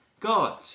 God